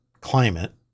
climate